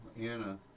Anna